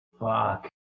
Fuck